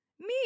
Me